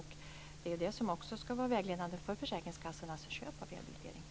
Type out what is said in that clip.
Det är också det som skall vara vägledande för försäkringskassornas köp av rehabilitering.